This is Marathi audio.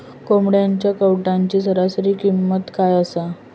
कोंबड्यांच्या कावटाची सरासरी किंमत काय असा?